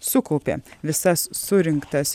sukaupė visas surinktas